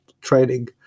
training